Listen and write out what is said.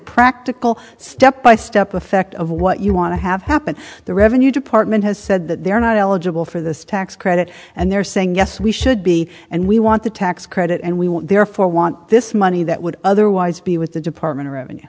practical step by step effect of what you want to have happen the revenue department has said that they're not eligible for this tax credit and they're saying yes we should be and we want the tax credit and we will therefore want this money that would otherwise be with the department of revenue